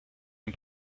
dem